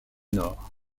nord